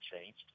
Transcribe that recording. changed